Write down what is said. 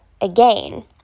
again